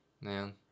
Man